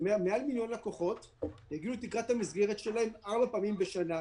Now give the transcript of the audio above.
מעל מיליון לקוחות יגיעו לתקרת המסגרת שלהם ארבע פעמים בשנה.